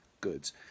goods